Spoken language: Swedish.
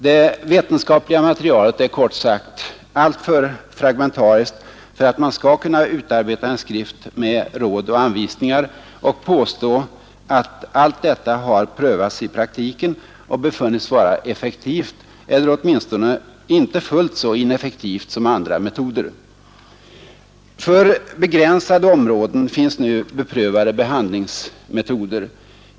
Det vetenskapliga materialet är kort sagt alltför fragmentariskt för att man skall kunna utarbeta en skrift med råd och anvisningar och kunna påstå att allt detta har prövats i praktiken och befunnits vara effektivt eller åtminstone inte fullt så ineffektivt som andra metoder. För begränsade områden finns nu beprövade behandlingsmetoder.